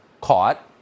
caught